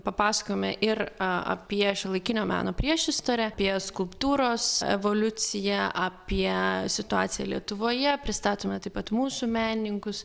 papasakojome ir apie šiuolaikinio meno priešistorę apie skulptūros evoliuciją apie situaciją lietuvoje pristatome taip pat mūsų menininkus